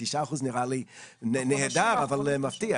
תשעה אחוזים נראה לי נהדר אבל מפתיע.